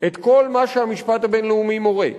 את כל מה שהמשפט הבין-לאומי מורה,